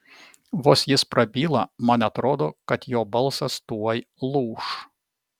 vos jis prabyla man atrodo kad jo balsas tuoj lūš